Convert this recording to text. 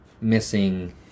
missing